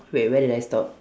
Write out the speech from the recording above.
wait where did I stop